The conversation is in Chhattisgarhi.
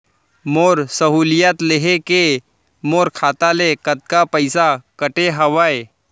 मोर सहुलियत लेहे के मोर खाता ले कतका पइसा कटे हवये?